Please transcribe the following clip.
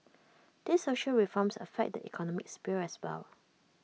these social reforms affect the economic sphere as well